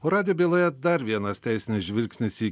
o radijo byloje dar vienas teisinis žvilgsnis į